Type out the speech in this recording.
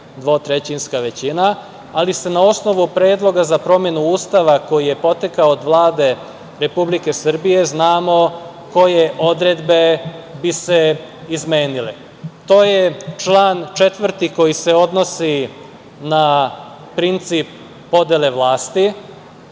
dvotrećinska većina, ali se na osnovu predloga za promenu Ustava, koji je potekao od Vlade Republike Srbije znamo ko je odredbe bi se izmenile. To je član 4. koji se odnosi na princip podele vlasti,